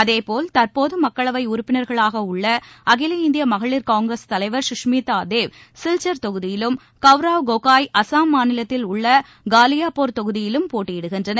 அதேபோல் தற்போது மக்களவை உறுப்பினர்களாக உள்ள அகில இந்திய மகளிர் காய்கிரஸ் தலைவர் சுஷ்மிதா தேவ் சில்ச்சர் தொகுதியிலும் கவ்ராவ் கோகாய் அசாம் மாநிலத்தில் உள்ள காலியா போர் தொகுதியிலும் போட்டியிடுகின்றனர்